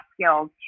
skills